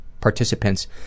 participants